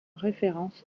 référence